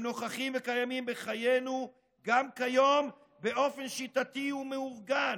הם נוכחים וקיימים בחיינו גם כיום באופן שיטתי ומאורגן.